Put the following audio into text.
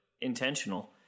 intentional